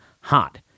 hot